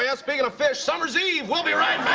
and speaking of fish, summer's eve. we'll be right